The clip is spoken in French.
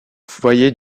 foyer